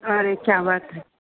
अरे क्या बात है